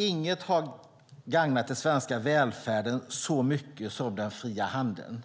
Inget har gagnat den svenska välfärden så mycket som den fria handeln.